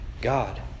God